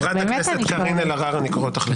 חברת הכנסת קארין אלהרר, אני קורא אותך לסדר.